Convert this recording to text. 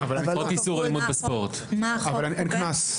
שנת מאסר,